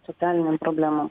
socialinėm problemom